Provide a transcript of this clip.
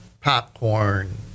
popcorn